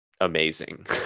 amazing